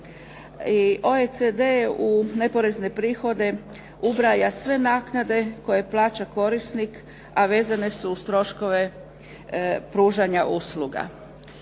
I OECD u neporezne prihode ubraja sve naknade koje plaća korisnik a vezane su uz troškove pružanja usluga.